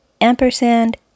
ampersand